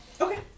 Okay